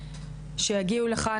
שיגעו לכאן,